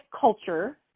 culture